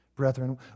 brethren